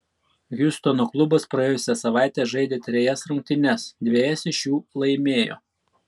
hjustono klubas praėjusią savaitę žaidė trejas rungtynes dvejas iš jų laimėjo